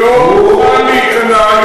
שלא מוכן להיכנע,